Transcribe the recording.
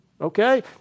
Okay